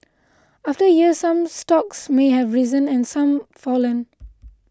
after a year some stocks may have risen and some fallen